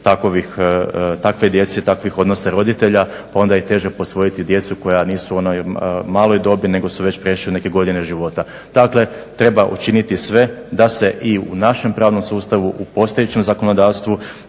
takve djece i takvih odnosa roditelja pa onda je i teže posvojiti djecu koja nisu u onoj maloj dobi nego su prešli veće neke godine života. Dakle treba učiniti sve da se i u našem pravnom sustavu u postojećem zakonodavstvu